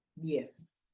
Yes